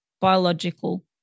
biological